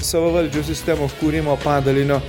savavaldžių sistemos kūrimo padalinio